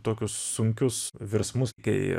tokius sunkius virsmus kai